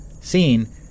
seen